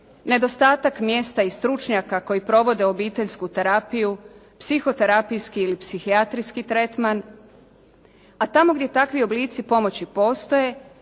Nedostatak mjesta i stručnjaka koji provode obiteljsku terapiju, psihoterapijski ili psihijatrijski tretman, a tamo gdje takvi oblici pomoći postoje,